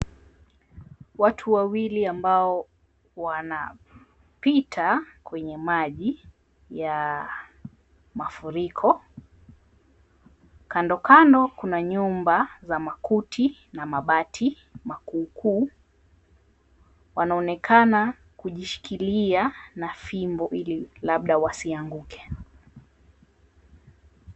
Watu wawili ambao wanapita kwenye maji ya mafuriko, kando kando kuna nyumba za makuti na mabati makuukuu, wanaonekana kujishikilia ili labda wasianguke.